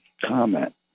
comment